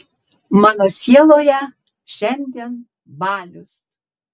mano sieloje šiandien balius